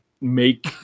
make